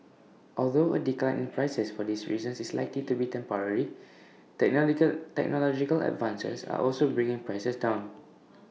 although A decline in prices for these reasons is likely to be temporary technological advances are also bringing prices down